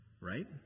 Right